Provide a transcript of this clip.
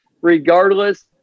Regardless